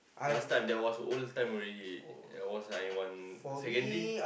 last time there was old time already there was like one secondary